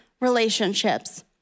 relationships